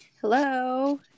Hello